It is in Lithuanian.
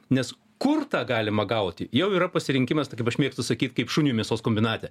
nes kur tą galima gauti jau yra pasirinkimas taip kaip aš mėgstu sakyt kaip šuniui mėsos kombinate